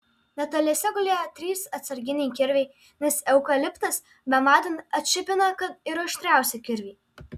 netoliese gulėjo trys atsarginiai kirviai nes eukaliptas bematant atšipina kad ir aštriausią kirvį